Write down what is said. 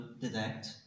detect